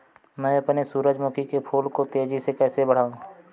मैं अपने सूरजमुखी के फूल को तेजी से कैसे बढाऊं?